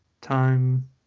time